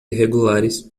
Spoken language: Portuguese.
irregulares